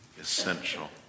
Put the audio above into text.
essential